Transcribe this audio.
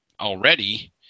already